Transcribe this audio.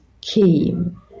came